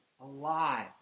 alive